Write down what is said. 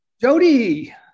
Jody